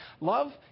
Love